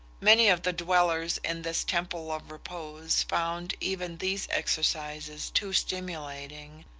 many of the dwellers in this temple of repose found even these exercises too stimulating,